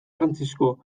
frantzisko